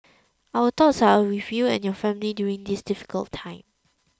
our thoughts are with you and your family during this difficult time